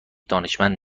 دانشمند